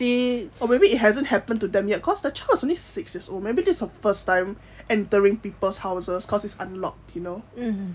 or maybe it hasn't happened to them yet cause the child is only six years old maybe this is a first time entering people's houses cause it's unlocked you know